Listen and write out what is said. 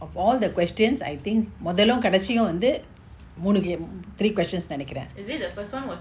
of all the questions I think மொதலு கடைசியு வந்து மூனு:mothalu kadaisiyu vanthu moonu game mm three questions நெனைக்குர:nenaikura